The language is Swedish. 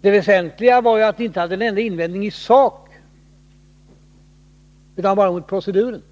Det väsentliga är att man inte har en enda invändning i sak, utan bara mot proceduren.